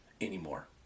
anymore